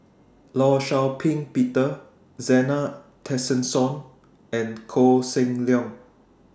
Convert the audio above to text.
law Shau Ping Peter Zena Tessensohn and Koh Seng Leong